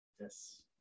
Yes